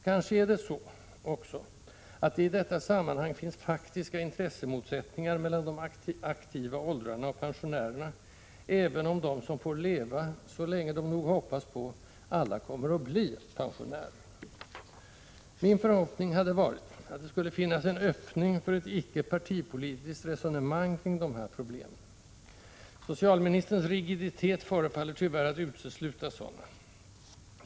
Kanske är det också så att det i detta sammanhang finns faktiska intressemotsättningar mellan de aktiva åldrarna och pensionärerna, även om de som får leva så länge de nog hoppas på alla kommer att bli pensionärer. Min förhoppning hade varit att det skulle finnas en öppning för ett icke partipolitiskt resonemang kring de här problemen. Socialministerns rigiditet förefaller tyvärr att utesluta sådana.